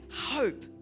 hope